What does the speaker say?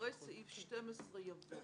אחרי סעיף 12 יבוא: